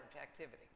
activity